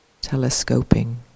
telescoping